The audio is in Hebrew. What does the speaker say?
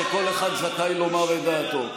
שכל אחד זכאי לומר את דעתו.